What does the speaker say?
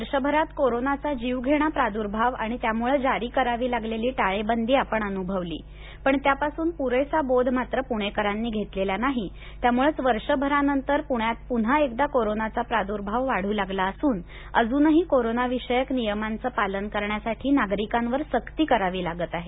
या वर्षभरात कोरोनाचा जीवघेणा प्रादुर्भाव आणि त्यामुळं जारी करावी लागलेली टाळेबंदी आपण अनुभवली पण त्यापासून पुरेसा बोध मात्र पुणेकरांनी घेतलेला नाही त्यामुळंच वर्षभरानंतर पुण्यात पुन्हा एकदा कोरोनाचा प्राद्र्भाव वाढू लागला असून अजूनही कोरोनाविषयक नियमांचं पालन करण्यासाठी नागरिकांवर सक्ती करावी लागत आहे